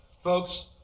Folks